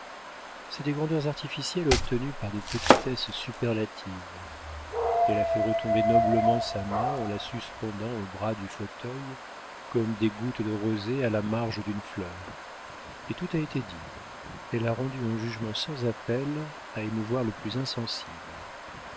sont des grandeurs artificielles obtenues par des petitesses superlatives elle a fait retomber noblement sa main en la suspendant au bras du fauteuil comme des gouttes de rosée à la marge d'une fleur et tout a été dit elle a rendu un jugement sans appel à émouvoir le plus insensible